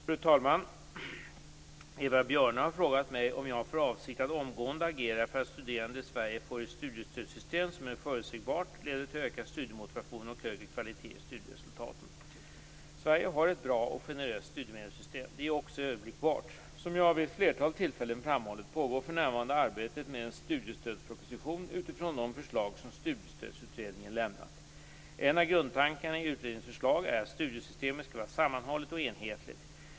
Fru talman! Eva Björne har frågat mig om jag har för avsikt att omgående agera för att studerande i Sverige får ett studiestödssystem som är förutsägbart, leder till ökad studiemotivation och högre kvalitet i studieresultaten. Sverige har ett bra och generöst studiemedelssystem. Det är också överblickbart. Som jag vid ett flertal tillfällen framhållit pågår för närvarande arbetet med en studiestödsproposition utifrån de förslag som Studiestödsutredningen lämnat. En av grundtankarna i utredningens förslag är att studiestödssystemet skall vara sammanhållet och enhetligt.